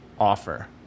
offer